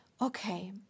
Okay